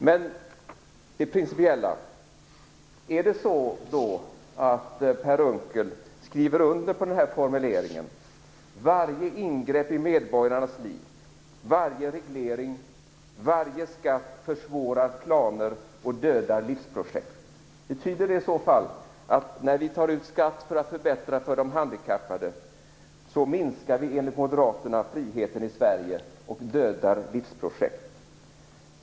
Skriver Per Unckel rent principiellt under på den här formuleringen: Varje ingrepp i medborgarnas liv, varje reglering, varje skatt, försvårar planer och dödar livsprojekt? Betyder det i så fall att vi, när vi tar ut skatt för att förbättra för de handikappade, enligt moderaterna minskar friheten i Sverige och dödar livsprojekt?